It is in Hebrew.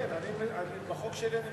כן, אבל את החוק שלי אני מביא.